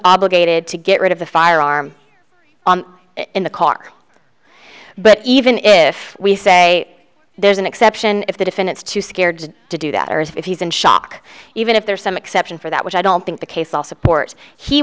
obligated to get rid of the firearm in the car but even if we say there's an exception if the defendant's too scared to do that or if he's in shock even if there is some exception for that which i don't think the case all support he